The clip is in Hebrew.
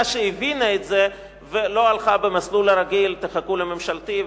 שהבינה את זה ולא הלכה במסלול הרגיל של: תחכו לממשלתי,